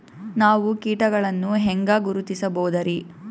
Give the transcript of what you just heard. ನಾವು ಕೀಟಗಳನ್ನು ಹೆಂಗ ಗುರುತಿಸಬೋದರಿ?